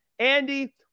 Andy